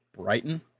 Brighton